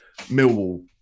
Millwall